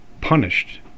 punished